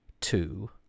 two